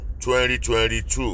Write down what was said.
2022